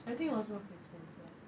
I think it was Marks and Spencer